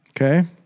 Okay